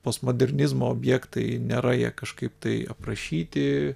postmodernizmo objektai nėra jie kažkaip tai aprašyti